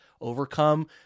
Overcome